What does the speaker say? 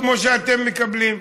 כמו שאתם מקבלים.